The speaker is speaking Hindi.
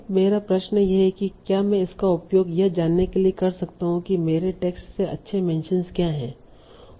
अब मेरा प्रश्न यह है कि क्या मैं इसका उपयोग यह जानने के लिए कर सकता हूं कि मेरे टेक्स्ट से अच्छे मेंशनस क्या हैं